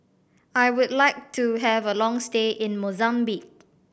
I would like to have a long stay in Mozambique